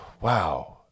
Wow